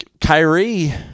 Kyrie